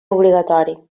obligatori